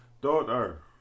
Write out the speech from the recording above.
Daughter